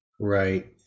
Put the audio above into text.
Right